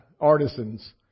artisans